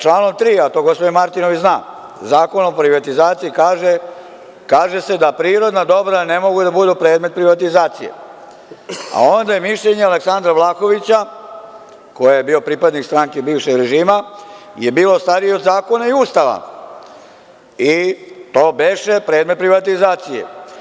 Članom 3, a to gospodin Martinović zna, Zakon o privatizaciji kaže – kaže se da prirodna dobra ne mogu da budu predmet privatizacije, a onda je mišljenje Aleksandra Vlahovića koji je bio pripadnik stranke bivšeg režima, je bilo starije od zakona i Ustava i to beše predmet privatizacije.